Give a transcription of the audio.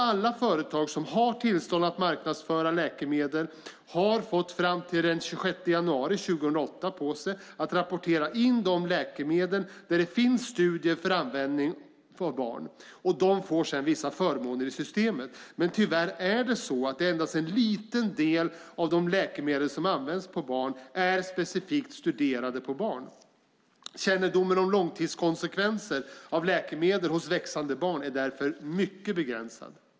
Alla företag som har tillstånd att marknadsföra läkemedel fick tiden fram till den 26 januari 2008 på sig att rapportera in de läkemedel där det finns studier på användning för barn. De får sedan vissa förmåner i systemet. Tyvärr är det endast en liten del av de läkemedel som används för barn som är specifikt studerade på barn. Kännedomen om långtidskonsekvenser av läkemedel hos växande barn är därför mycket begränsad.